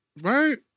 right